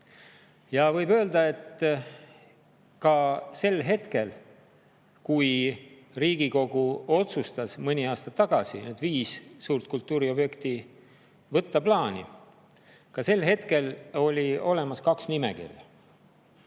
Võib öelda, et ka sel hetkel, kui Riigikogu otsustas mõni aasta tagasi viis suurt kultuuriobjekti plaani võtta, oli olemas kaks nimekirja.